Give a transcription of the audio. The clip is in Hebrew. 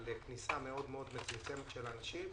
על כניסה מאוד מצומצמת של אנשים.